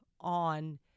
on